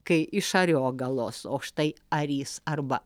kai iš ariogalos o štai arys arba